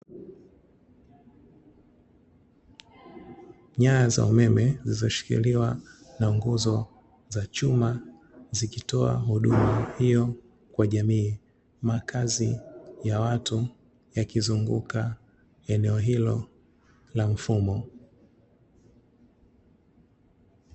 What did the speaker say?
Nyaya za umeme zilizoshikiliwa na nguzo za chuma, zikitoa huduma hiyo kwa jamii. Makazi ya watu yakizunguka eneo hilo la mfumo.